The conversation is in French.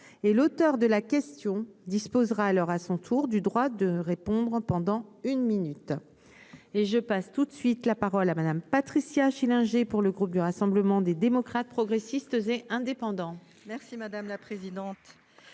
et l'auteur de la caisse. Si on disposera à heure à son tour du droit de répondre en pendant une minute et je passe tout de suite la parole à Madame Patricia Schillinger pour le groupe du Rassemblement des démocrates progressistes et indépendants. Merci madame la présidente,